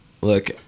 Look